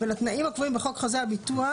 ולתנאים הקבועים בחוק חוזה הביטוח